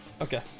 Okay